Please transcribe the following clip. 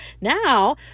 now